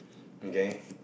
okay